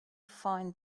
find